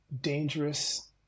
dangerous